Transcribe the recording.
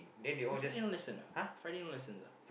you Friday no lesson ah Friday no lessons ah